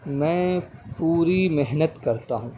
میں پوری محنت کرتا ہوں